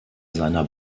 seiner